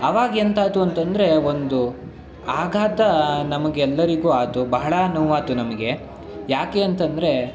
ಅವಾಗ ಎಂತಾಯ್ತು ಅಂತಂದರೆ ಒಂದು ಆಘಾತ ನಮಗೆ ಎಲ್ಲರಿಗೂ ಆಯ್ತು ಬಹಳ ನೋವಾಯ್ತು ನಮಗೆ ಯಾಕೆ ಅಂತಂದರೆ